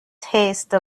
taste